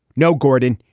no. gordon,